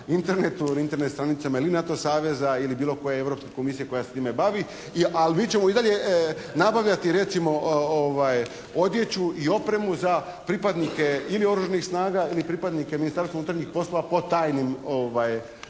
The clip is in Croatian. Internetu, na Internet stranicama i NATO saveza ili bilo koje europske komisije koja se s time bavi. Ali mi ćemo i dalje nabavljati recimo odjeću i opremu za pripadnike ili Oružanih snaga ili pripadnike Ministarstva unutarnjih poslova po tajnim,